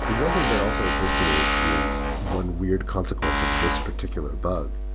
but one thing that also occurs to me is being one weird consequence of this particular bug,